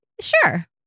sure